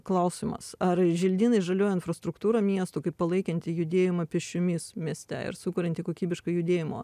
klausimas ar želdynai žalioji infrastruktūrą miestų kaip palaikanti judėjimą pėsčiomis mieste ir sukurianti kokybišką judėjimo